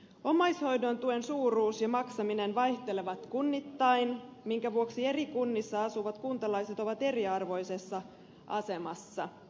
omaishoidon tuen suuruus ja maksaminen vaihtelevat kunnittain minkä vuoksi eri kunnissa asuvat kuntalaiset ovat eriarvoisessa asemassa